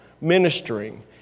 ministering